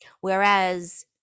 whereas